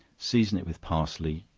season it with parsley,